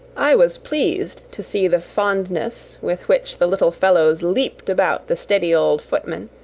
i was pleased to see the fondness with which the little fellows leaped about the steady old footman,